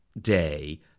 day